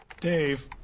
Dave